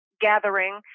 gathering